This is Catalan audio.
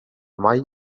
mai